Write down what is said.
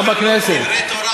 חפץ למען צדקו יגדיל תורה ויאדיר'".